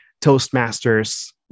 Toastmasters